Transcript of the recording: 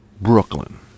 Brooklyn